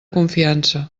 confiança